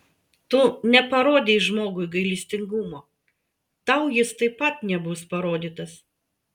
tu neparodei žmogui gailestingumo tau jis taip pat nebus parodytas